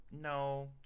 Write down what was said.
no